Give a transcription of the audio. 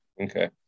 Okay